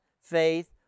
faith